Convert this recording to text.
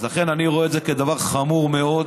לכן, אני רואה את זה כדבר חמור מאוד.